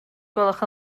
gwelwch